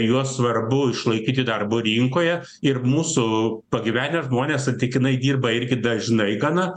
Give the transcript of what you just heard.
juos svarbu išlaikyti darbo rinkoje ir mūsų pagyvenę žmonės santykinai dirba irgi dažnai gana